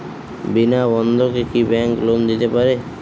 বিনা বন্ধকে কি bank loan দিতে পারে?